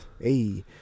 Hey